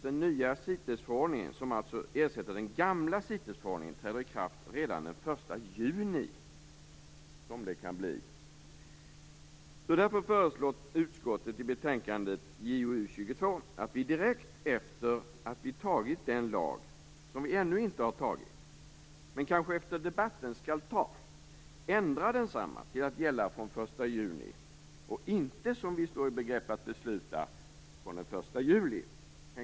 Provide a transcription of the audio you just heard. Den nya CITES-förordningen, som ersätter den gamla CITES-förordningen, träder i kraft redan den att vi, direkt efter det att vi antagit den lag vi ännu inte antagit men kanske skall anta efter debatten, ändrar densamma till att gälla från den 1 juni och inte, som vi står i begrepp att besluta, från den 1 juli.